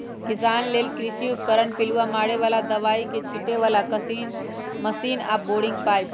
किसान लेल कृषि उपकरण पिलुआ मारे बला आऽ दबाइ छिटे बला मशीन आऽ बोरिंग पाइप